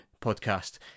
podcast